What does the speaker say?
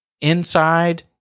inside